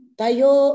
tayo